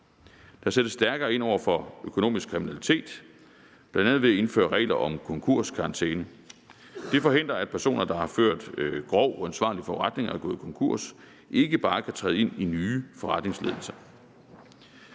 Der sættes stærkere ind over for økonomisk kriminalitet, bl.a. ved at indføre regler om konkurskarantæne. Det forhindrer, at personer, der har ført grov og uansvarlig forretning og er gået konkurs, ikke bare kan træde ind i nye forretningsledelser.